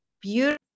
beautiful